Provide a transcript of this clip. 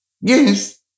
Yes